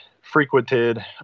frequented